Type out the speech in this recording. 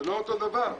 זה לא אותו דבר,